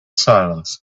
silence